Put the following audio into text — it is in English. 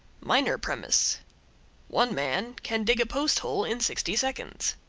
minor premise one man can dig a posthole in sixty seconds